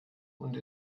und